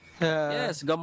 Yes